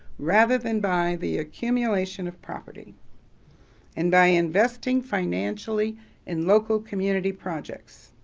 rather than by the accumulation of property and by investing financially in local community projects.